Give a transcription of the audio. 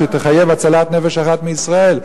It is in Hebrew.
שתחייב הצלת נפש אחת מישראל,